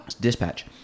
Dispatch